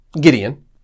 Gideon